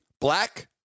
black